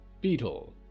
Beetle